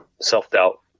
self-doubt